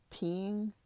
peeing